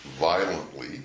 violently